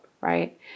right